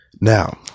Now